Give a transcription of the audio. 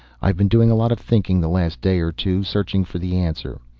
i've been doing a lot of thinking the last day or two, searching for the answer.